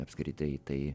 apskritai tai